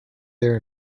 there